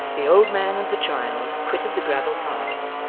the old man and the child quitted the gravel path,